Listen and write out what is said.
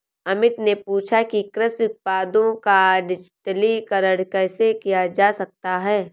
अमित ने पूछा कि कृषि उत्पादों का डिजिटलीकरण कैसे किया जा सकता है?